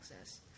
access